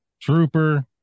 trooper